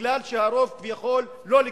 מפני שהרוב כביכול לא לגיטימי.